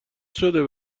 شده